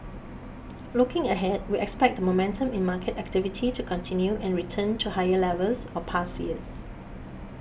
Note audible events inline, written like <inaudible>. <noise> looking ahead we expect the momentum in market activity to continue and return to higher levels of past years